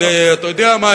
אבל אתה יודע מה,